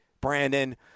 Brandon